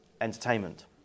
entertainment